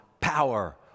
power